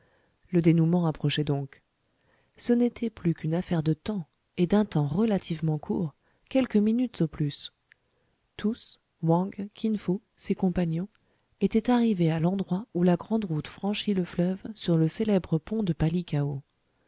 le dénouement approchait donc ce n'était plus qu'une affaire de temps et d'un temps relativement court quelques minutes au plus tous wang kin fo ses compagnons étaient arrivés à l'endroit où la grande route franchit le fleuve sur le célèbre pont de palikao